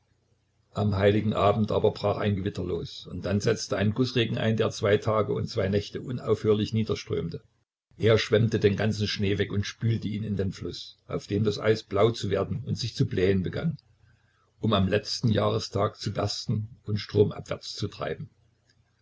am heiligenabend aber brach ein gewitter los und dann setzte ein gußregen ein der zwei tage und zwei nächte unaufhörlich niederströmte er schwemmte den ganzen schnee weg und spülte ihn in den fluß auf dem das eis blau zu werden und sich zu blähen begann um am letzten jahrestag zu bersten und stromabwärts zu treiben